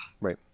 Right